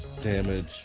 Damage